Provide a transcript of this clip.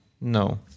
No